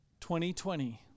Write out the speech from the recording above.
2020